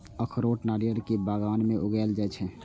अखरोट नारियल के बगान मे उगाएल जाइ छै